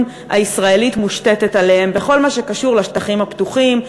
הישראלית מושתתת עליהם בכל מה שקשור לשטחים הפתוחים,